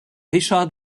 richard